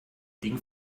ding